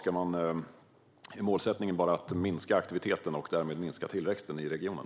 Är målsättningen bara att minska aktiviteten och därmed minska tillväxten i regionen?